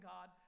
God